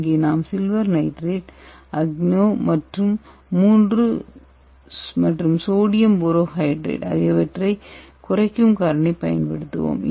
இங்கே நாம் silver nitrate அக்னோ 3 மற்றும் சோடியம் போரோஹைட்ரைடு ஆகியவற்றைக் குறைக்கும் காரணியை பயன்படுத்துவோம்